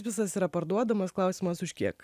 visas yra parduodamas klausimas už kiek